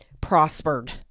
prospered